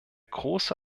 große